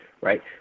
right